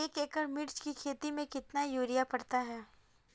एक एकड़ मिर्च की खेती में कितना यूरिया पड़ता है?